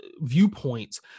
viewpoints